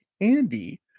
Andy